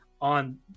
on